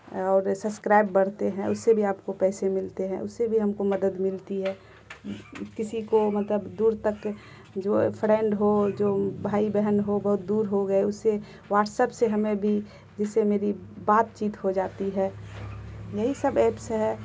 اور سبسکرائب بڑھتے ہیں اس سے بھی آپ کو پیسے ملتے ہیں اس سے بھی ہم کو مدد ملتی ہے کسی کو مطلب دور تک جو فرینڈ ہو جو بھائی بہن ہو بہت دور ہو گئے اس سے واٹسپ سے ہمیں بھی جس سے میری بات چیت ہو جاتی ہے یہی سب ایپس ہے